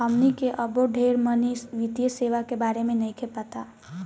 हमनी के अबो ढेर मनी वित्तीय सेवा के बारे में नइखे पता